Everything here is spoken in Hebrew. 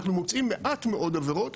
אנחנו מוצאים מעט מאוד עבירות.